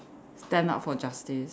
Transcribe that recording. stand up for justice